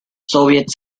soviet